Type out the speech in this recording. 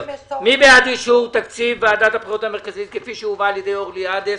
מי בעד אישור תקציב ועדת הבחירות המרכזית כפי שהובא על ידי אורלי עדס,